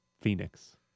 Phoenix